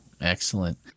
Excellent